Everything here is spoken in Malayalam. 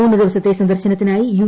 മൂന്നു ദിവസത്തെ സന്ദർശനത്തിന്റായി യു